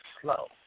slow